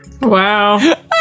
Wow